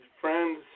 friends